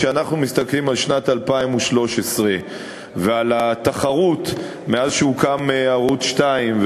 כשאנחנו מסתכלים על שנת 2013 ועל התחרות מאז הוקם ערוץ 2,